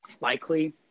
likely